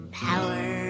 power